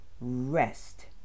rest